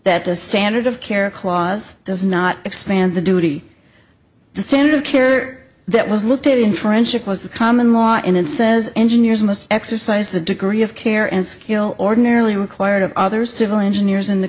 that the standard of care clause does not expand the duty the standard of care that was looked at in french it was the common law in and says engineers must exercise the degree of care and skill ordinarily required of other civil engineers in the